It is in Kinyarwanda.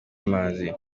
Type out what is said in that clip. amazi